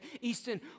Easton